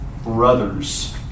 brothers